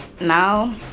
Now